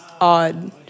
odd